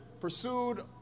pursued